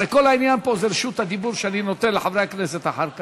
הרי כל העניין פה זה רשות הדיבור שאני נותן לחברי הכנסת אחר כך.